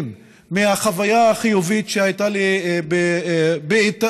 מהחוויה החיובית שהייתה לי באיטליה,